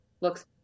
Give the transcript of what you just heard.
looks